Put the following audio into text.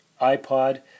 iPod